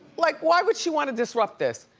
like why would she want to disrupt this?